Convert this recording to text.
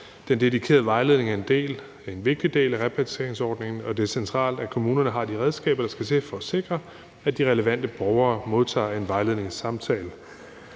Den dedikerede vejledning er en vigtig del af repatrieringsordningen, og det er jo centralt, at kommunerne har de redskaber, der skal til for at sikre, at de relevante borgere modtager en vejledningssamtale.